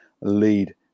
lead